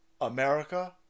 America